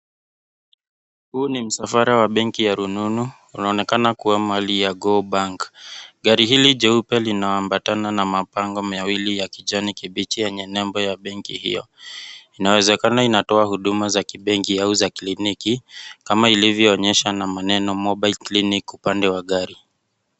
Huu ni msafara wa benki ya rununu. Unaoneka kuwa mali ya CO BANK.Gari hili jeupe linaambatana na mabango mawili ya kijani kibichi yenye nebo ya benki hiyo. Inawezekana inatoa huduma za kibenki au za kliniki, kama ilivyoonyesha na maneno Mobile clinic upande wa gari.